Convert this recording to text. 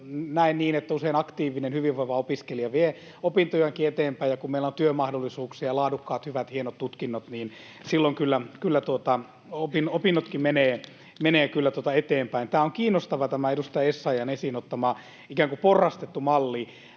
Näen niin, että usein aktiivinen, hyvinvoiva opiskelija vie opintojakin eteenpäin, ja kun meillä on työmahdollisuuksia ja laadukkaat, hyvät, hienot tutkinnot, niin silloin kyllä opinnotkin menevät eteenpäin. Tämä edustaja Essayahin esiin ottama ikään kuin porrastettu malli